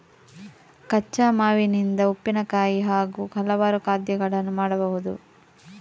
ಕಚ್ಚಾ ಮಾವಿನಿಂದ ಉಪ್ಪಿನಕಾಯಿ ಹಾಗೂ ಹಲವಾರು ಖಾದ್ಯಗಳನ್ನು ಮಾಡಬಹುದು